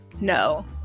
No